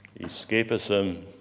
Escapism